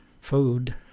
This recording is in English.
food